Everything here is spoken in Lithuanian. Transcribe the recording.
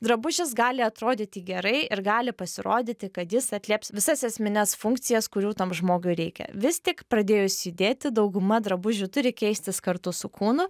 drabužis gali atrodyti gerai ir gali pasirodyti kad jis atlieps visas esmines funkcijas kurių tam žmogui reikia vis tik pradėjus judėti dauguma drabužių turi keistis kartu su kūnu